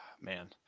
man